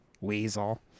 Weasel